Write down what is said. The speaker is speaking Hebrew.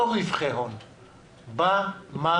לא רווחי הון, במקור.